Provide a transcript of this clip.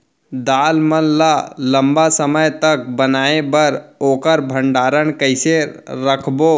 दाल मन ल लम्बा समय तक बनाये बर ओखर भण्डारण कइसे रखबो?